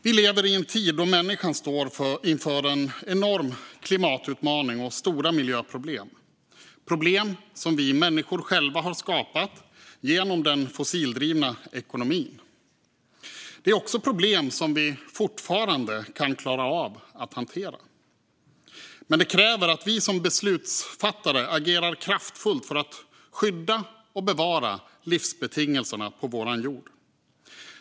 Vi lever i en tid då människan står inför en enorm klimatutmaning och stora miljöproblem - problem som vi människor själva har skapat genom den fossildrivna ekonomin. Det är också problem som vi fortfarande kan klara av att hantera, men det kräver att vi som beslutsfattare agerar kraftfullt för att skydda och bevara livsbetingelserna på vår jord.